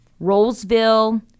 Rollsville